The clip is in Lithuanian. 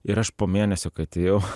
ir aš po mėnesio kai atėjau